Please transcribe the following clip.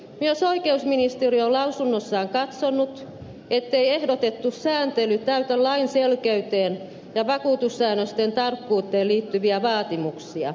myös oikeusministeriö on lausunnossaan katsonut ettei ehdotettu sääntely täytä lain selkeyteen ja vakuutussäännösten tarkkuuteen liittyviä vaatimuksia